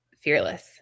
fearless